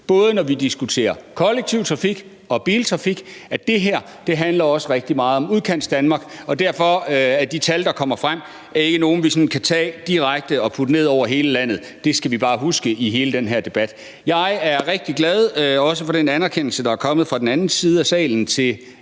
både når vi diskuterer kollektiv trafik og biltrafik, at det her også handler rigtig meget om Udkantsdanmark, og at de tal, der kommer frem, derfor ikke er nogle, vi sådan kan tage direkte og putte ned over hele landet. Det skal vi bare huske i hele den her debat. Jeg er også rigtig glad for den anerkendelse, der er kommet fra den anden side af salen,